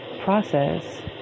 process